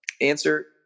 answer